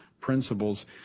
principles